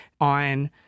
on